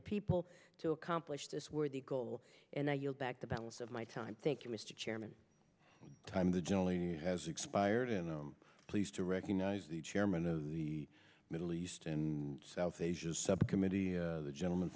the people to accomplish this worthy goal and i yield back the balance of my time thank you mr chairman time to generally has expired and i'm pleased to recognize the chairman of the middle east and south asia subcommittee the gentleman